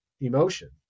emotion